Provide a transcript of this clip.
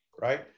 right